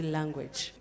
language